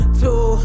two